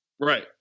Right